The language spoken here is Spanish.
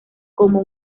como